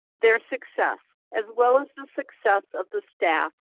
their success, as well as the success of the staff,